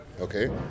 okay